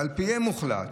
ועל פיהם הוחלט